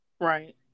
Right